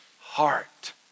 heart